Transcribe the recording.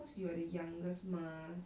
cause you are the youngest mah